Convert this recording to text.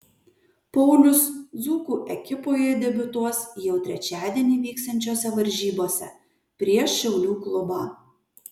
paulius dzūkų ekipoje debiutuos jau trečiadienį vyksiančiose varžybose prieš šiaulių klubą